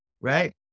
right